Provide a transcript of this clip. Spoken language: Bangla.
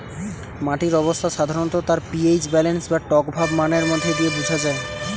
মাটির অবস্থা সাধারণত তার পি.এইচ ব্যালেন্স বা টকভাব মানের মধ্যে দিয়ে বুঝা যায়